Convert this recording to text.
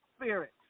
spirit